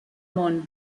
món